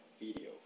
video